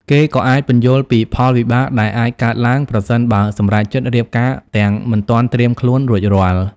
គេក៏អាចពន្យល់ពីផលវិបាកដែលអាចកើតឡើង ប្រសិនបើសម្រេចចិត្តរៀបការទាំងមិនទាន់ត្រៀមខ្លួនរួចរាល់ ។